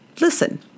Listen